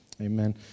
Amen